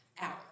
hour